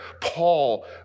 Paul